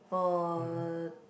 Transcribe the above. for